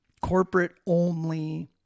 corporate-only